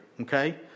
Okay